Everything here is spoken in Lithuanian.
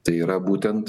tai yra būtent